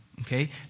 Okay